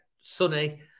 sunny